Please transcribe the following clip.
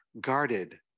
guarded